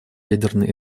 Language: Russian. ядерной